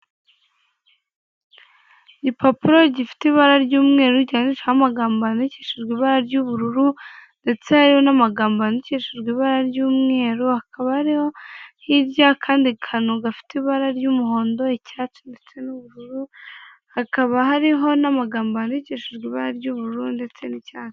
Igipapuro gifite ibara ry'umweru, cyanditseho amagambo yandikishijwe ibara ry'ubururu, ndetse hariho n'amagambo yandikishijwe ibara ry'umweru, hakaba hariho hirya kandi kantu gafite ibara ry'umuhondo, icyatsi, ndetse n'ubururu, hakaba hariho n'amagambo yandikishijwe ibara ry'ubururu ndetse n'icyatsi.